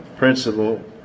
Principle